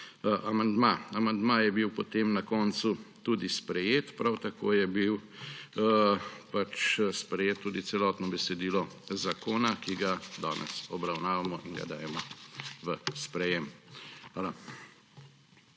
Amandma je bil potem na koncu tudi sprejet, prav tako je bilo sprejeto tudi celotno besedilo zakona, ki ga danes obravnavamo in ga dajemo v sprejem. Hvala.